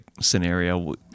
scenario